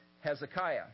Hezekiah